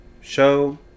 show